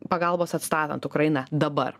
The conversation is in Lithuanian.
pagalbos atstatant ukrainą dabar